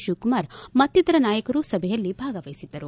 ಶಿವಕುಮಾರ್ ಮತ್ತಿತರ ನಾಯಕರು ಸಭೆಯಲ್ಲಿ ಭಾಗವಹಿಸಿದ್ದರು